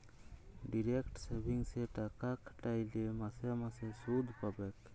direct সেভিংসে টাকা খ্যাট্যাইলে মাসে মাসে সুদ পাবেক